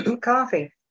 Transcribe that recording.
Coffee